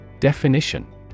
Definition